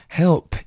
help